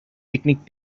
picnic